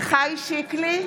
עמיחי שיקלי,